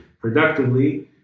productively